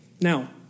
Now